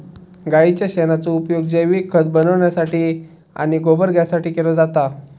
गाईच्या शेणाचो उपयोग जैविक खत बनवण्यासाठी आणि गोबर गॅससाठी केलो जाता